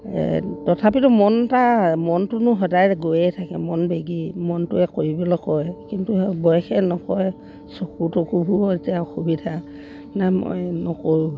তথাপিতো মন এটা মনটোনো সদায় গৈয়ে থাকে মন বেগী মনটোৱে কৰিবলৈ কয় কিন্তু বয়সে নকয় চকু তকুবোৰো এতিয়া অসুবিধা নাই মই নকৰোঁ